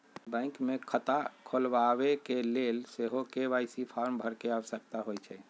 bank मे खता खोलबाबेके लेल सेहो के.वाई.सी फॉर्म भरे के आवश्यकता होइ छै